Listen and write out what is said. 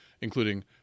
including